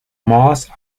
moss